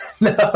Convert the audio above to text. No